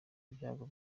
byago